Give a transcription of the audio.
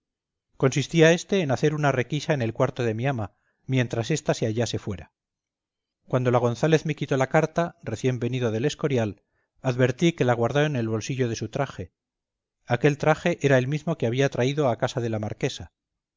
consistía éste en hacer una requisa en el cuarto de mi ama mientras ésta se hallase fuera cuando la gonzález me quitó la carta recién venido del escorial advertí que la guardó en el bolsillo de su traje aquel traje era el mismo que había traído a casa de la marquesa